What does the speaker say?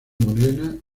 morena